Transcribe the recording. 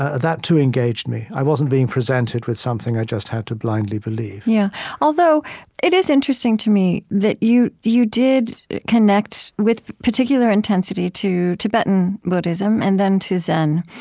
ah that, too, engaged me. i wasn't being presented with something i just had to blindly believe yeah although it is interesting, to me, that you you did connect with particular intensity to tibetan buddhism, and then, to zen.